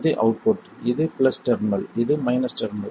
இது அவுட்புட் இது plus terminal இது மைனஸ் டெர்மினல்